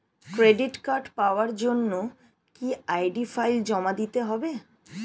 Credit card পাওয়ার জন্য কি আই.ডি ফাইল জমা দিতে হবে?